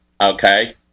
okay